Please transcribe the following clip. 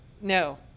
no